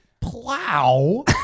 plow